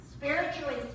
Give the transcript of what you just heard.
Spiritually